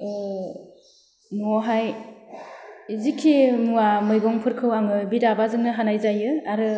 न'आवहाय जिखि मुवा मैगंफोरखौ आङो बि दाबाजोंनो हानाय जायो आरो